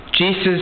Jesus